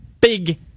big